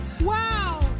Wow